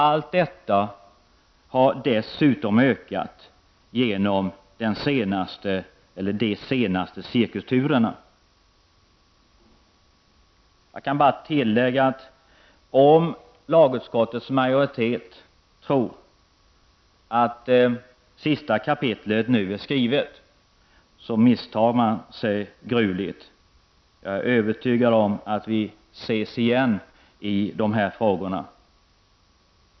Allt detta har dessutom ökat på grund av de senaste cirkusturerna. Jag kan tillägga att om lagutskottets majoritet tror att sista kapitlet är skrivet, misstar man sig gruvligt. Jag är övertygad om att vi ses igen i dessa frågor.